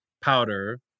Powder